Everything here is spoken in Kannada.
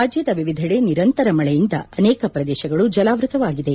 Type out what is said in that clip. ರಾಜ್ಜದ ವಿವಿಧೆಡೆ ನಿರಂತರ ಮಳೆಯಿಂದ ಅನೇಕ ಪ್ರದೇಶಗಳು ಜಲಾವೃತವಾಗಿದೆ